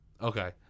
okay